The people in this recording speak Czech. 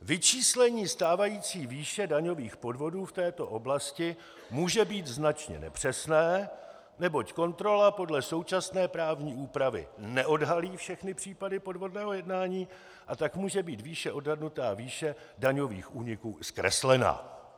Vyčíslení stávající výše daňových podvodů v této oblasti může být značně nepřesné, neboť kontrola podle současné právní úpravy neodhalí všechny případy podvodného jednání, a tak může být odhadnutá výše daňových úniků zkreslená.